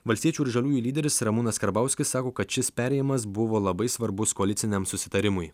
valstiečių ir žaliųjų lyderis ramūnas karbauskis sako kad šis perėjimas buvo labai svarbus koaliciniam susitarimui